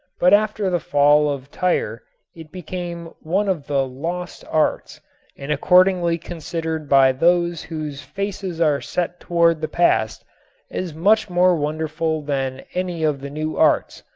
but after the fall of tyre it became one of the lost arts and accordingly considered by those whose faces are set toward the past as much more wonderful than any of the new arts.